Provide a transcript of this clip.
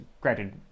granted